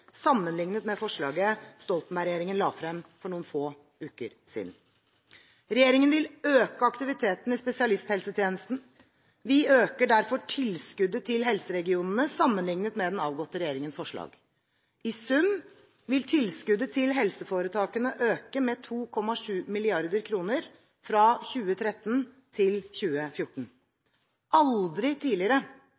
sammenlignet med forslaget Stoltenberg-regjeringen la frem for noen få uker siden. Regjeringen vil øke aktiviteten i spesialisthelsetjenesten. Vi øker derfor tilskuddet til helseregionene sammenlignet med den avgåtte regjeringens forslag. I sum vil tilskuddet til helseforetakene øke med 2,7 mrd. kr fra 2013 til 2014.